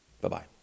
Bye-bye